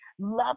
love